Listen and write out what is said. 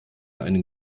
einen